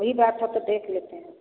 वही बात है तो देख लेते हैं